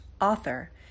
author